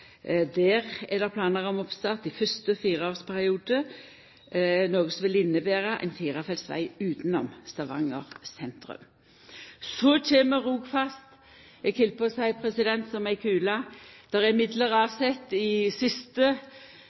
Der er det planar om oppstart i fyrste fireårsperiode, noko som vil innebera ein firefeltsveg utanom Stavanger sentrum. Så kjem Rogfast – eg heldt på å seia – som ei kule. Det er avsett midlar i siste